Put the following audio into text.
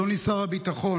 אדוני שר הביטחון,